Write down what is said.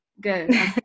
Good